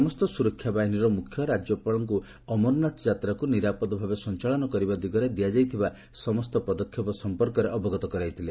ସମସ୍ତ ସୁରକ୍ଷା ବାହିନୀର ମୁଖ୍ୟ ରାଜ୍ୟାପାଳଙ୍କୁ ଅମରନାଥଯାତ୍ରାଙ୍କୁ ନିରାପଦ ଭାବେ ସଂଚାଳନ କରିବା ଦିଗରେ ଦିଆଯାଇଥିବା ସମସ୍ତ ପଦକ୍ଷେପ ସମ୍ପର୍କରେ ରାଜ୍ୟପାଳଙ୍କୁ ଅବଗତ କରାଇଥିଲା